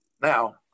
now